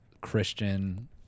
Christian